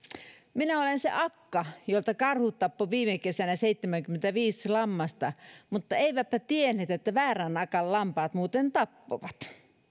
minä olen se akka jolta karhut tappoivat viime kesänä seitsemänkymmentäviisi lammasta mutta eivätpä tienneet että väärän akan lampaat muuten tappoivat